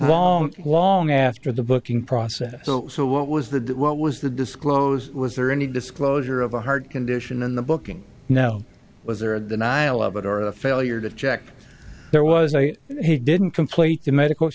long long after the booking process so what was the what was the disclosed was there any disclosure of a heart condition in the booking no was there a denial of it or the failure to check there was a he didn't complete the medical